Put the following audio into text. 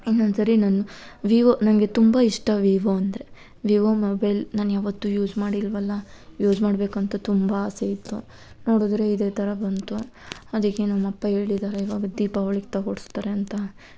ಇನ್ನೊಂದ್ಸರಿ ನಾನು ವಿವೋ ನನಗೆ ತುಂಬ ಇಷ್ಟ ವಿವೋ ಅಂದರೆ ವಿವೋ ಮೊಬೈಲ್ ನಾನು ಯಾವತ್ತೂ ಯೂಸ್ ಮಾಡಿಲ್ವಲ್ಲಾ ಯೂಸ್ ಮಾಡಬೇಕು ಅಂತ ತುಂಬ ಆಸೆ ಇತ್ತು ನೋಡಿದ್ರೆ ಇದೇ ಥರ ಬಂತು ಅದಕ್ಕೆ ನಮ್ಮಪ್ಪ ಹೇಳಿದಾರೆ ಇವಾಗ ದೀಪಾವಳಿಗೆ ತಗೋಡ್ಸ್ತಾರೆ ಅಂತ